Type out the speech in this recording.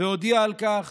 והודיע על כך